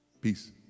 Peace